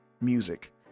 music